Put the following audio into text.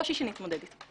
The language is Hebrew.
קושי שנתמודד איתו.